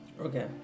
Okay